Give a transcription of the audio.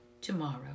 tomorrow